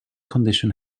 condition